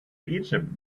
egypt